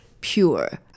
pure